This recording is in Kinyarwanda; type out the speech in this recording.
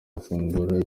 bafungura